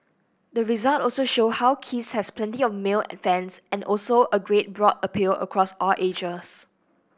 the results also show how Kiss has plenty of male fans and also a great broad appeal across all ages